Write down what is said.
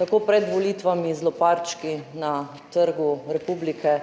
tako pred volitvami z loparčki na Trgu republike